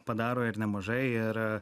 padaro ir nemažai ir